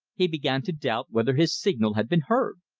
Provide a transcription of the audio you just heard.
he began to doubt whether his signal had been heard.